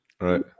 right